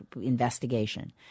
investigation